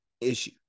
issue